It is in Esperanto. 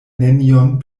nenion